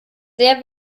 sehr